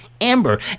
Amber